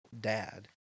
dad